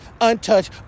untouched